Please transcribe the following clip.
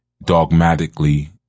Dogmatically